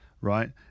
right